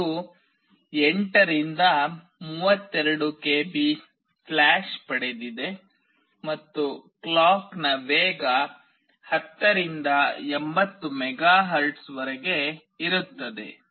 ಇದು 8 ರಿಂದ 32 KB flash ಪಡೆದಿದೆ ಮತ್ತು ಕ್ಲಾಕ್ನ ವೇಗ 10 ರಿಂದ 80 ಮೆಗಾಹೆರ್ಟ್ಜ್ವರೆಗೆ ಇರುತ್ತದೆ